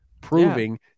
Proving